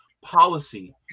policy